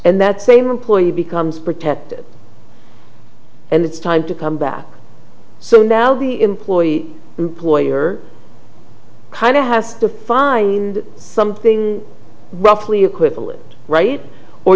and that same employee becomes protected and it's time to come back so now the employee employer kind of has to find something roughly equivalent right or